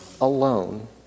alone